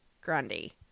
Grundy